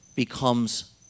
becomes